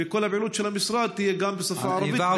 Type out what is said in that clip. וכל הפעילות של המשרד תהיה גם בשפה הערבית,